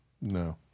No